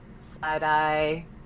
side-eye